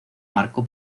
marcó